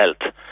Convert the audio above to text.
health